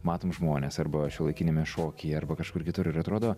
matom žmones arba šiuolaikiniame šokyje arba kažkur kitur ir atrodo